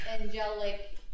angelic